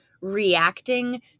reacting